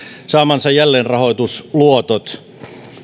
saamansa jälleenrahoitusluotot